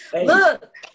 Look